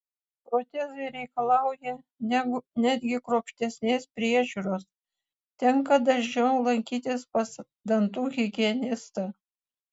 protezai reikalauja netgi kruopštesnės priežiūros tenka dažniau lankytis pas dantų higienistą